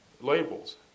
labels